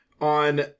on